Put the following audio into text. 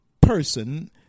person